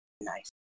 Nice